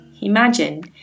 Imagine